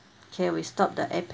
okay we stop the app